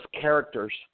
characters